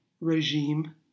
regime